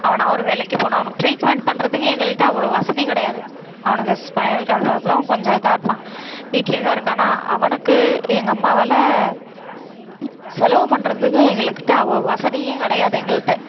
அவனாக ஒரு வேலைக்கு போனால் அவனுக்கு ட்ரீட்மெண்ட் பண்ணுறதுக்கு எங்கள்ட்ட அவ்வளோ வசதி கிடையாது அவனுக்கு ஸ்பைனல் கார்டு ப்ராப்ளம் கொஞ்சம் இதாக இருப்பான் வீட்டிலேயே தான் இருக்கானா அவனுக்கு எங்கள் அம்மாவால் ம் செலவு பண்ணுறதுக்கு எங்கக்கிட்ட அவ்வளோ வசதி கிடையாது எங்கள்ட்ட